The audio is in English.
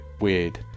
weird